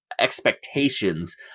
Expectations